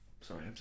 Sorry